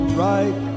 right